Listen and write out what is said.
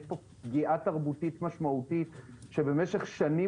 יש פה פגיעה תרבותית משמעותי שבמשך שנים